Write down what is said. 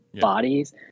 bodies